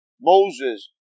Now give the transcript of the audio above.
Moses